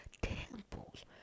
temples